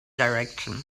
direction